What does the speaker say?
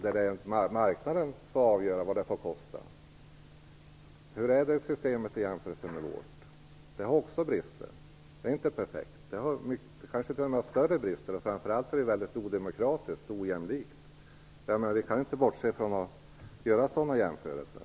Där får marknaden avgöra vad sjukvården får kosta. Hur är egentligen det systemet jämfört med vårt? Det har också brister. Det är inte perfekt. Det kanske t.o.m. har större brister än vårt. Men framför allt är det mycket odemokratiskt och ojämlikt. Vi måste göra sådana jämförelser.